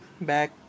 back